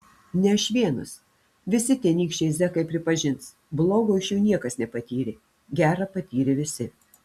ne aš vienas visi tenykščiai zekai pripažins blogo iš jo niekas nepatyrė gera patyrė visi